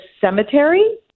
cemetery